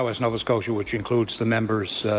like nova scotia, which includes the member's